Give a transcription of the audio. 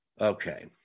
okay